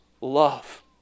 love